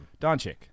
Doncic